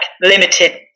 limited